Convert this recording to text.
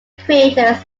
craters